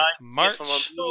March